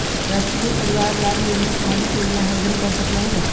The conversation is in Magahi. राष्ट्रीय परिवार लाभ योजना सामाजिक योजना है आवेदन कर सकलहु?